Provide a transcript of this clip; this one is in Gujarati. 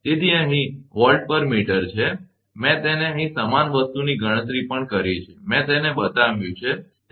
તેથી અહીં મીટર દીઠ વોલ્ટ મેં તેને અહીં સમાન વસ્તુની ગણતરી પણ કરી છે મેં તેને બનાવ્યું છે અહીં જ